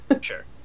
sure